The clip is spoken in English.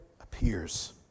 appears